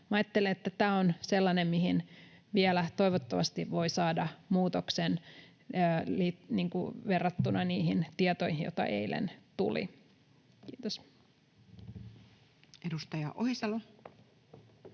ajattelen, että tämä on sellainen, mihin toivottavasti vielä voi saada muutoksen verrattuna niihin tietoihin, joita eilen tuli. — Kiitos. [Speech